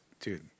dude